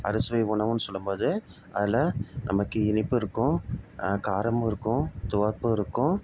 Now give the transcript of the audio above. அறுசுவை உணவுன்னு சொல்லும்போது அதில் நமக்கு இனிப்பு இருக்கும் காரமும் இருக்கும் துவர்ப்பும் இருக்கும்